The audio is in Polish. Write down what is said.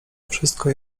wszystko